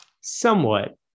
Somewhat